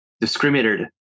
discriminated